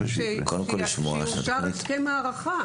שיאושר הסכם הארכה.